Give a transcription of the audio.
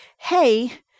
hey